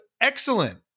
excellent